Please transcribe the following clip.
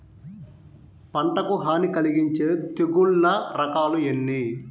పంటకు హాని కలిగించే తెగుళ్ల రకాలు ఎన్ని?